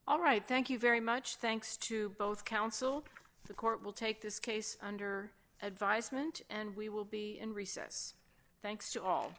all right thank you very much thanks to both counsel the court will take this case under advisement and we will be in recess thanks to all